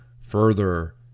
further